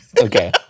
Okay